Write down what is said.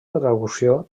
traducció